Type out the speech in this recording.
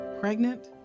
Pregnant